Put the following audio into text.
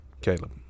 Caleb